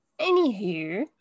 anywho